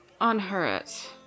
Unhurt